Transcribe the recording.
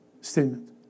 statement